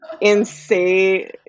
insane